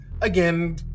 again